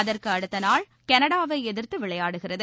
அதற்குஅடுத்தநாள் கனடாவைஎதிர்த்துவிளையாடுகிறது